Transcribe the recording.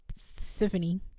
Symphony